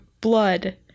blood